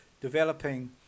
developing